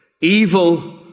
Evil